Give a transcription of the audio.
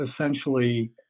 essentially